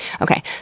Okay